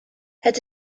het